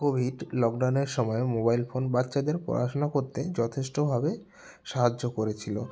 Covid লকডাউনের সময় mobile phone বাচ্চাদের পড়াশোনা করতে যথেষ্টভাবে সাহায্য করেছিলো